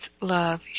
love